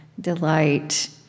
delight